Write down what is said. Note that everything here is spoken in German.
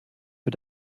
für